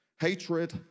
Hatred